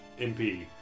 MP